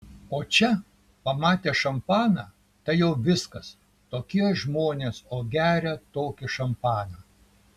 o čia pamatė šampaną tai jau viskas tokie žmonės o gerią tokį šampaną